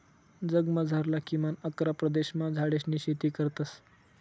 जगमझारला किमान अकरा प्रदेशमा झाडेसनी शेती करतस